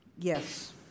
Yes